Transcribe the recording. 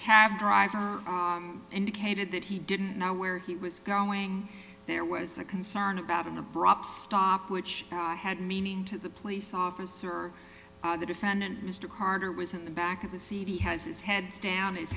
cab driver indicated that he didn't know where he was going there was a concern about an abrupt stop which had meaning to the place officer the defendant mr carter was in the back of the cd has his head down his